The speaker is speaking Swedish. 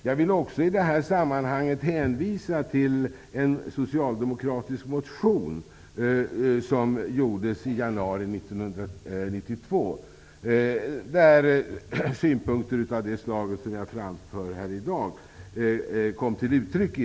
Jag vill i detta sammanhang också hänvisa till en socialdemokratisk motion som väcktes i januari 1992 där synpunkter av det slag som jag framför här i dag kom till uttryck.